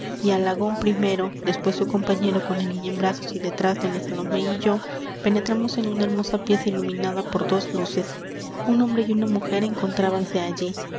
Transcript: y alagón primero después su compañero con la niña en brazos y detrás doña salomé y yo penetramos en una hermosa pieza iluminada por dos luces un hombre y una mujer encontrábanse allí